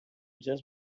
just